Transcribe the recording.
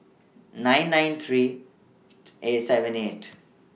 nine nine nine eight seven eight